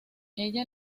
ella